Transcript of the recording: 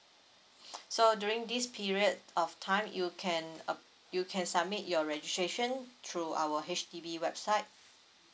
so during this period of time you can uh you can submit your registration through our H_D_B website